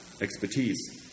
expertise